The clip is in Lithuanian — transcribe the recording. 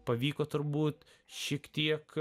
pavyko turbūt šiek tiek